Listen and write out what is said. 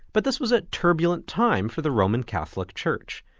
but this was a turbulent time for the roman catholic church.